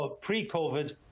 pre-COVID